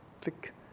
click